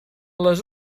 les